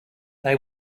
they